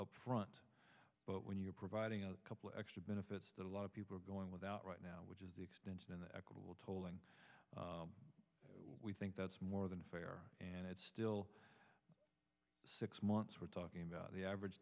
upfront but when you're providing a couple extra benefits that a lot of people are going without right now which is the extension of the equitable tolling we think that's more than fair and it's still six months we're talking about the average